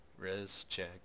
ResCheck